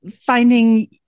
finding